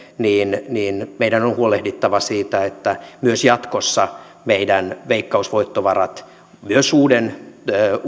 niin niin meidän on huolehdittava siitä että myös jatkossa meillä veikkausvoittovarat myös uuden